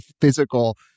physical